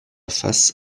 face